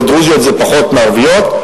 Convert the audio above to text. ודרוזיות זה פחות מערביות,